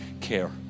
care